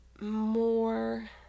more